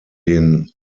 den